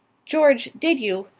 george, did you,